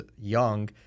young